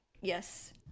Yes